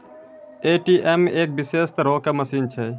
ATM एक विशेष तरहो के मशीन छै